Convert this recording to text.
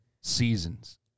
seasons